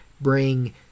bring